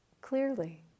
clearly